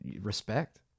respect